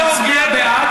תהיה הוגן,